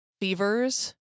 fevers